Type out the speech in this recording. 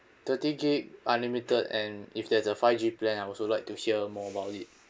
thirty gig unlimited and if there's a five g plan I'd also like to hear more about it